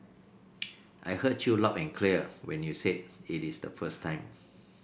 I heard you loud and clear when you said it is the first time